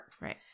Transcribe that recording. Right